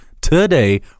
today